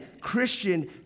Christian